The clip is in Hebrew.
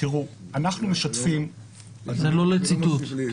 זה לא לציטוט.